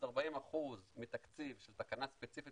אז 40% מתקציב של תקנה ספציפית